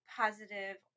positive